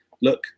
look